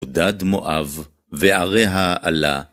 עודד מואב, ועריה עלה